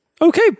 Okay